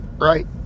right